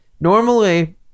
Normally